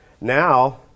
Now